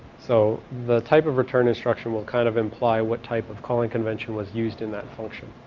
so the type of return instruction will kind of imply what type of calling convention was used in that function.